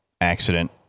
accident